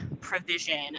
provision